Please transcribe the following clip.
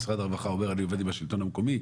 משרד הרווחה אומר אני עובד עם השלטון המקומי.